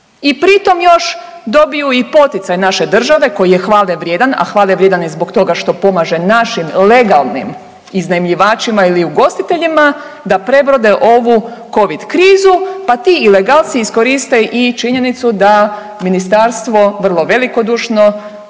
I pritom još dobiju i poticaj naše države koji je hvale vrijedan, a hvale vrijedan je zbog toga što pomaže našim legalnim iznajmljivačima ili ugostiteljima da prebrode ovu Covid krizu pa ti ilegalci iskoriste i činjenicu da ministarstvo vrlo velikodušno